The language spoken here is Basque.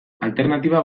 alternatiba